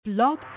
Blog